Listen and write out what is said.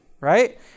Right